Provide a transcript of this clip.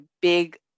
big